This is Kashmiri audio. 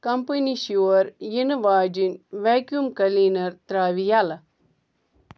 کمپٔنی چھِ یور یِنہٕ واجیٚنۍ ویٚکیٛوٗم کٕلیٖنر ترٛاوِ یَلہٕ